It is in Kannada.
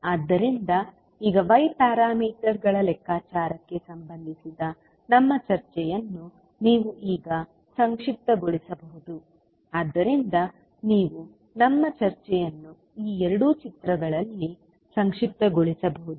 ಆದ್ದರಿಂದ ಈಗ y ಪ್ಯಾರಾಮೀಟರ್ಗಳ ಲೆಕ್ಕಾಚಾರಕ್ಕೆ ಸಂಬಂಧಿಸಿದ ನಮ್ಮ ಚರ್ಚೆಯನ್ನು ನೀವು ಈಗ ಸಂಕ್ಷಿಪ್ತಗೊಳಿಸಬಹುದು ಆದ್ದರಿಂದ ನೀವು ನಮ್ಮ ಚರ್ಚೆಯನ್ನು ಈ ಎರಡು ಚಿತ್ರಗಳಲ್ಲಿ ಸಂಕ್ಷಿಪ್ತಗೊಳಿಸಬಹುದು